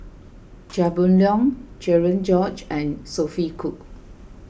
Chia Boon Leong Cherian George and Sophia Cooke